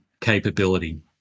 capability